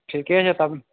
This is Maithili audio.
ठीके छै तब